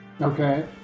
Okay